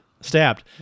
stabbed